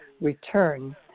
return